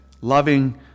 loving